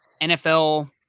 NFL